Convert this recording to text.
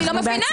אני לא מבינה.